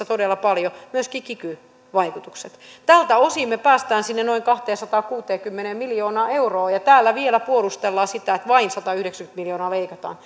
todella paljon myöskin kiky vaikutukset tältä osin päästään sinne noin kahteensataankuuteenkymmeneen miljoonaan euroon ja täällä vielä puolustellaan sillä että vain satayhdeksänkymmentä miljoonaa leikataan